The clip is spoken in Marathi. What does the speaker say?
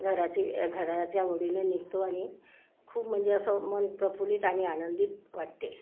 घराची घराच्या ओढीने निघतो आणि खूप म्हणजे असं मन प्रफुल्लित आणि आनंदित वाटते